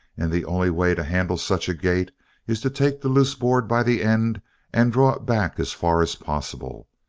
and the only way to handle such a gate is to take the loose board by the end and draw it back as far as possible.